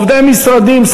עובדי משרדים,